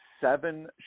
seven